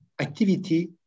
activity